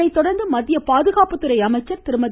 இதனை தொடர்ந்து மத்திய பாதுகாப்புத்துறை அமைச்சர் திருமதி